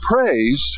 praise